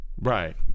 Right